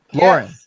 Lauren